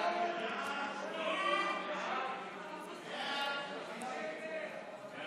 הודעת הממשלה על